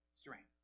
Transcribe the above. strength